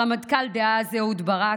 הרמטכ"ל דאז אהוד ברק,